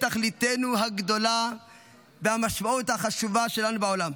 תכליתנו הגדולה והמשמעות החשובה שלנו בעולם.